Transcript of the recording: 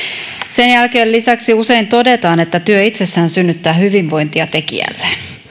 sen jälkeen lisäksi usein todetaan että työ itsessään synnyttää hyvinvointia tekijälleen